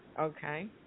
okay